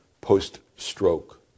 post-stroke